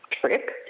trip